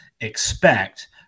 expect